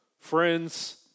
friends